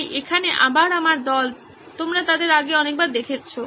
তাই এখানে আবার আমার দল তোমরা তাদের আগে অনেকবার দেখেছো